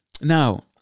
Now